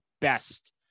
best